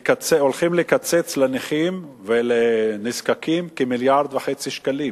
הולכים לקצץ לנכים ולנזקקים כ-1.5 מיליארד שקלים,